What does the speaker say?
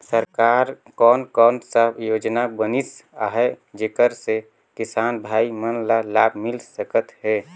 सरकार कोन कोन सा योजना बनिस आहाय जेकर से किसान भाई मन ला लाभ मिल सकथ हे?